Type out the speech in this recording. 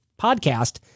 podcast